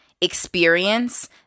experience